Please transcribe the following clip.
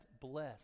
bless